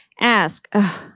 ask